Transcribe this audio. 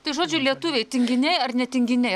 tai žodžiu lietuviai tinginiai ar ne tinginiai